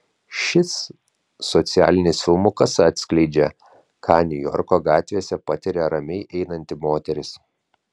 šis socialinis filmukas atskleidžia ką niujorko gatvėse patiria ramiai einanti moteris